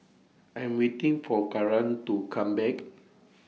I'm waiting For Karan to Come Back